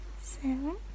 seven